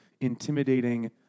intimidating